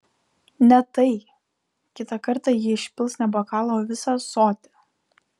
ne tai kitą kartą ji išpils ne bokalą o visą ąsotį